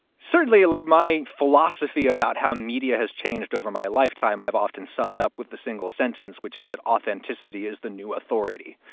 certainly, like my philosophy about how media has changed over my lifetime, i've often summed up with the single sentence, which is that authenticity is the new authority.